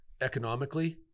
economically